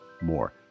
more